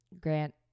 Grant